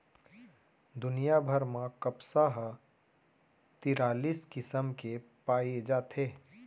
दुनिया भर म कपसा ह तिरालिस किसम के पाए जाथे